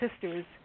sisters